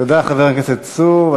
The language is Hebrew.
תודה, חבר הכנסת צור.